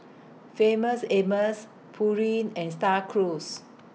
Famous Amos Pureen and STAR Cruise